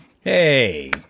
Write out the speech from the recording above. Hey